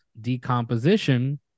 decomposition